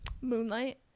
Moonlight